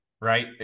right